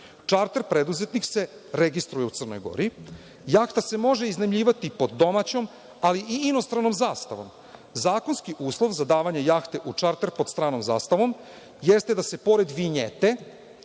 čarter preduzetnik se registruje u Crnoj Gori, jahta se može iznajmljivati pod domaćom ali i inostranom zastavom. Zakonski uslov za davanje jahte u čarter pod stranom zastavom, jeste da se pored vinjete,